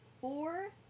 four